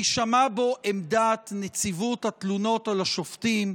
תישמע בו עמדת נציבות התלונות על השופטים,